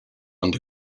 under